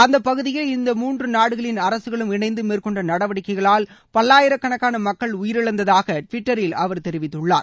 அந்த பகுதியில் இந்த மூன்று நாடுகளின் அரசுகளும் இணைந்து மேற்கொண்ட நடவடிக்கைகளால் பல்லாயிரகணக்கான மக்கள் உயிரிழந்ததாக டிவிட்டரில் அவர் தெரிவித்துள்ளார்